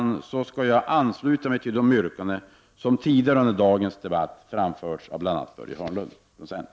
Med dessa ord ansluter jag mig till de yrkanden som tidigare har framförts i debatten av bl.a. centerns Börje Hörnlund.